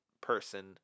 person